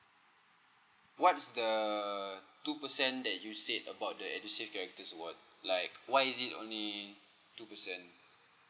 what's the two percent that you said about the edusave character's award like why is it only two percent